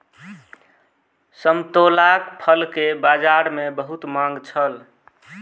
संतोलाक फल के बजार में बहुत मांग छल